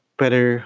better